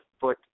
foot